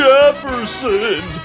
Jefferson